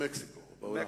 במקסיקו או בעולם?